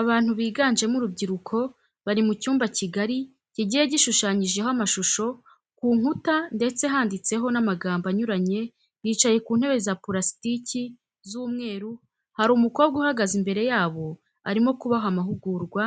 Abantu biganjemo urubyiruko bari mu cyumba kigari kigiye gishushanyijeho amashusho ku nkuta ndetse handitseho n'amagambo anyuranye bicaye ku ntebe za purasitiki z'umweru, hari umukobwa uhagaze imbere yabo arimo kubaha amahugurwa,